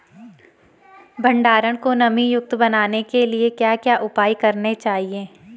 भंडारण को नमी युक्त बनाने के लिए क्या क्या उपाय करने चाहिए?